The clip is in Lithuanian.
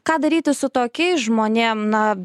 ką daryti su tokiais žmonėm na